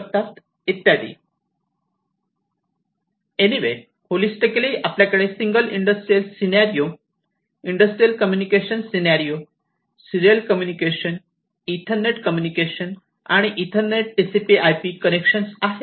इत्यादी anyway holistically आपल्याकडे single industrial scenario industrial communication scenario serial communication ethernet communication आणि ethernet TCPIP connection आहेत